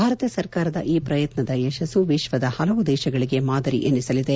ಭಾರತ ಸರ್ಕಾರದ ಈ ಪ್ರಯತ್ನದ ಯಶಸ್ಸು ವಿಶ್ವದ ಹಲವು ದೇಶಗಳಿಗೆ ಮಾದರಿ ಎನಿಸಲಿದೆ